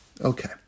Okay